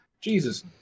Jesus